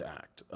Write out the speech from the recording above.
act